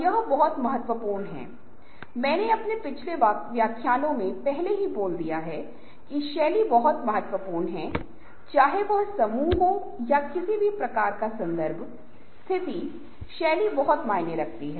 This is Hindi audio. यदि एक इंजीनियरिंग समस्या हल हो जाती है तब पूरी समस्या विभिन्न घटकों में विघटित होने की होती है